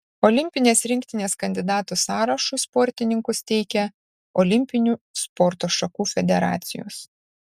olimpinės rinktinės kandidatų sąrašui sportininkus teikia olimpinių sporto šakų federacijos